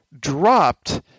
dropped